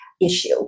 issue